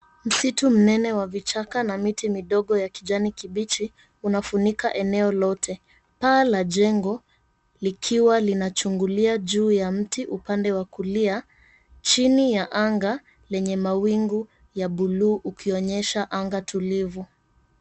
Msitu mnene wa vichaka na miti midogo ya kijani kibichi unafunika eneo lote paa la jengo likiwa linachungulia juu ya mti upande wa kulia chini ya anga lenye mawingu ya bluu ukionyesha anga tulivu.